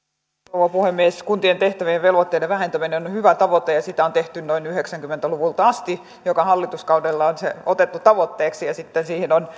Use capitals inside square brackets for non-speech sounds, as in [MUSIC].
rouva puhemies kuntien tehtävien ja velvoitteiden vähentyminen on on hyvä tavoite ja sitä on tehty noin yhdeksänkymmentä luvulta asti joka hallituskaudella se on otettu tavoitteeksi ja sitten siihen on [UNINTELLIGIBLE]